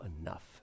enough